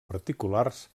particulars